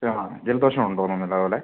ആ ജലദോഷം ഉണ്ടോ എന്ന് നല്ലപോലെ